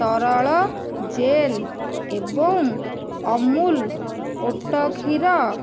ତରଳ ଜେଲ୍ ଏବଂ ଅମୁଲ୍ ଓଟ କ୍ଷୀର